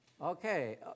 Okay